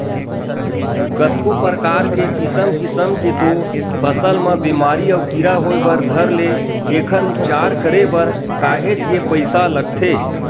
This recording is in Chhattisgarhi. कतको परकार के किसम किसम के तो फसल म बेमारी अउ कीरा होय बर धर ले एखर उपचार करे बर काहेच के पइसा लगथे